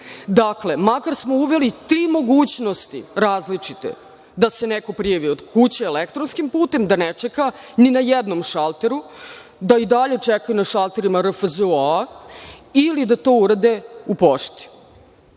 Pošte. Dakle, makar smo uveli tri različite mogućnosti da se neko prijavi od kuće elektronskim putem, da ne čeka ni na jednom šalteru, da i dalje čekaju na šalterima RFZO, ili da to urade u pošti.